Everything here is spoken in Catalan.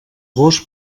gos